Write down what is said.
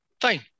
fine